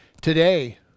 Today